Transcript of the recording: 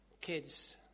kids